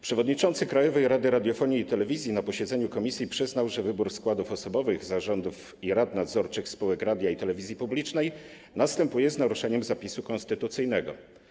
Przewodniczący Krajowej Rady Radiofonii i Telewizji na posiedzeniu komisji przyznał, że wybór składów osobowych zarządów i rad nadzorczych spółek radia i telewizji publicznej następuje z naruszeniem zapisu konstytucyjnego.